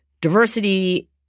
diversity